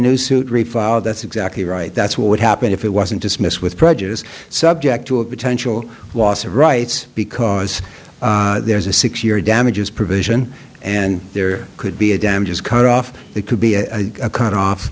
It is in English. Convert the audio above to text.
refile that's exactly right that's what would happen if it wasn't dismissed with prejudice subject to a potential loss of rights because there's a six year damages provision and there could be a damages cut off they could be cut off